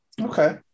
Okay